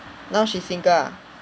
now she's single ah